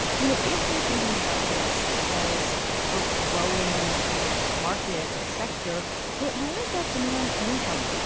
you know if we're thinking about this as a growing i guess market or sector where where is that demand coming from.